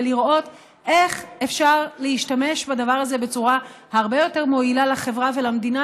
ולראות איך אפשר להשתמש בדבר הזה בצורה הרבה יותר מועילה לחברה ולמדינה,